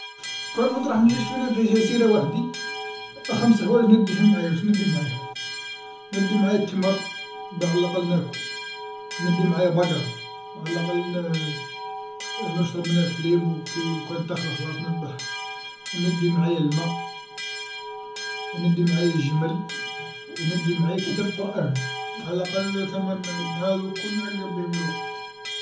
لوكان كنت راح نروح نعيش في جزيرا وحدي خمس حوايج نديهم معايا واش ندير معايا؟ ندي معايا التمر باه على الأقل ناكل و ندي معايا بقرا على الأقل نشرب منها الحليب و لوكان تخلى خلاص نذبحها و ندي معايا لما و ندي معايا جمل، و ندي معايا كتاب قرآن فعلى الأقل هاذو كل نعقب بيهم الوقت.